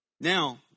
Now